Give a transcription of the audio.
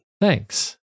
Thanks